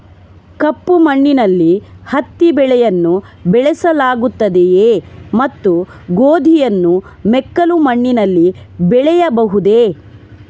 ಕಪ್ಪು ಮಣ್ಣಿನಲ್ಲಿ ಹತ್ತಿ ಬೆಳೆಯನ್ನು ಬೆಳೆಸಲಾಗುತ್ತದೆಯೇ ಮತ್ತು ಗೋಧಿಯನ್ನು ಮೆಕ್ಕಲು ಮಣ್ಣಿನಲ್ಲಿ ಬೆಳೆಯಬಹುದೇ?